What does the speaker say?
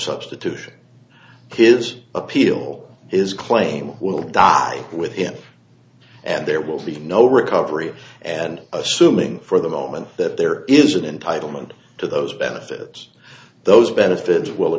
substitution kids appeal is claim will die with him and there will be no recovery and assuming for the moment that there is an entitlement to those benefits those benefits will